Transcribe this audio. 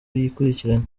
yikurikiranya